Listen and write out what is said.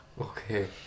Okay